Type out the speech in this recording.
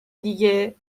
دیگه